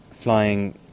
flying